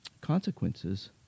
consequences